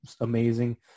amazing